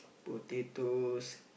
potatoes